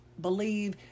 believe